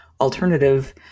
alternative